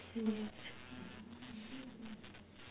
same